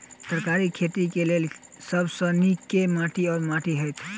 तरकारीक खेती केँ लेल सब सऽ नीक केँ माटि वा माटि हेतै?